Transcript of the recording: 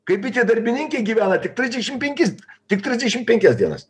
kai bitė darbininkė gyvena tik trisdešim penkis tik trisdešim penkias dienas